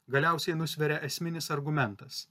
galiausiai nusveria esminis argumentas